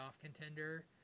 contender